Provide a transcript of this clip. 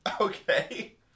Okay